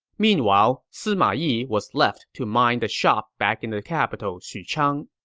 meanwhile, sima yi was left to mind the shop back in the capital xuchang